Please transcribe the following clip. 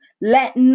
Let